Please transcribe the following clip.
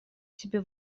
себе